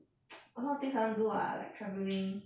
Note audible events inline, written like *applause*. *noise* a lot of things I want to do [what] like travelling